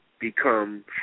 become